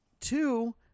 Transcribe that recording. two